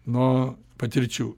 nuo patirčių